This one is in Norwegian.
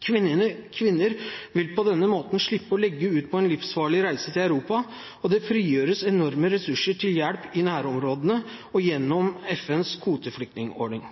Kvinner vil på denne måten slippe å legge ut på en livsfarlig reise til Europa, og det frigjøres enorme ressurser til hjelp i nærområdene og til FNs kvoteflyktningordning.